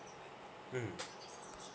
mm